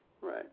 right